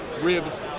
ribs